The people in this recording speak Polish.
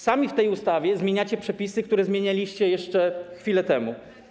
Sami w tej ustawie zmieniacie przepisy, które zmienialiście jeszcze chwilę temu.